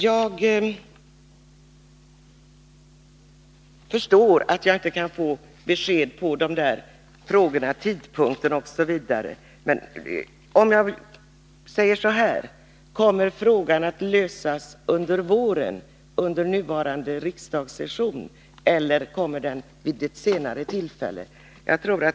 Jag förstår att jag inte kan få något besked på frågan om tidpunkten. Men låt mig då ställa frågan så här: Kommer förslag att läggas fram under våren, under innevarande riksdagssession eller vid ett senare tillfälle?